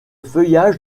feuillage